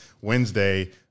Wednesday